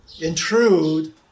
intrude